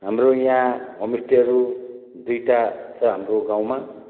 हाम्रो याँ होमस्टेहरू दुईटा छ हाम्रो गाउँमा